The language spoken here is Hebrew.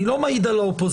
אני לא מעיד על האופוזיציה.